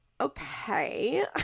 okay